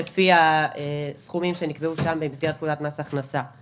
לפי הסכומים שנקבעו במסגרת פקודת מס הכנסה.